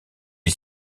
est